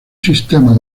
sistema